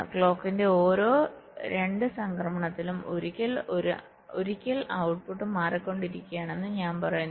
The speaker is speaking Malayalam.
ക്ലോക്കിന്റെ ഓരോ 2 സംക്രമണത്തിലും ഒരിക്കൽ ഔട്ട്പുട്ട് മാറിക്കൊണ്ടിരിക്കുകയാണെന്ന് ഞാൻ പറയുന്നു